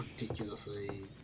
ridiculously